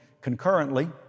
concurrently